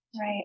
Right